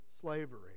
slavery